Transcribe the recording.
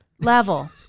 Level